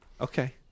Okay